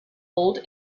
old